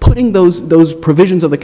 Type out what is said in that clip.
putting those those provisions of the